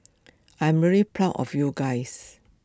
I'm really proud of you guys